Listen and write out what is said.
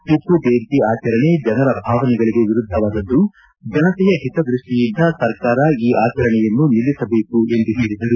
ಟಿಮ್ನ ಜಯಂತಿ ಆಚರಣೆ ಜನರ ಭಾವನೆಗಳಿಗೆ ವಿರುದ್ದವಾದದ್ದು ಜನತೆಯ ಹಿತದೃಷ್ಷಿಯಿಂದ ಸರ್ಕಾರ ಈ ಆಚರಣೆಯನ್ನು ನಿಲ್ಲಿಸಬೇಕು ಎಂದು ಹೇಳಿದರು